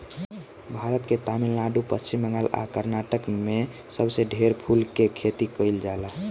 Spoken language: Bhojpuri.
भारत के तमिलनाडु, पश्चिम बंगाल आ कर्नाटक में सबसे ढेर फूल के खेती कईल जाला